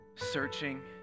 Searching